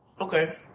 Okay